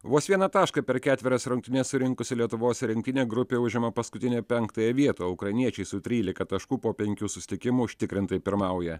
vos vieną tašką per ketverias rungtynes surinkusi lietuvos rinktinė grupėje užima paskutinę penktąją vietą ukrainiečiai su trylika taškų po penkių susitikimų užtikrintai pirmauja